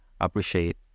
appreciate